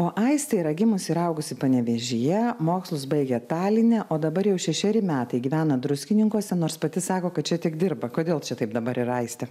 o aistė yra gimusi ir augusi panevėžyje mokslus baigė taline o dabar jau šešeri metai gyvena druskininkuose nors pati sako kad čia tik dirba kodėl čia taip dabar yra aiste